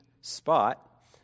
spot